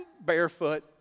barefoot